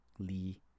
Lee